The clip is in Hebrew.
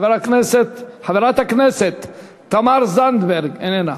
חברת הכנסת תמר זנדברג, איננה.